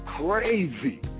crazy